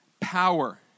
power